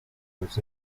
los